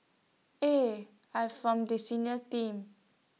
eh I'm from the senior team